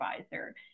advisor